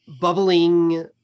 bubbling